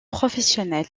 professionnel